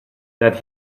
that